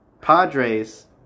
Padres